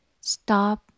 Stop